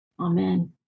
Amen